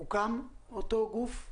הוקם אותו גוף?